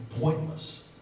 pointless